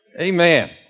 Amen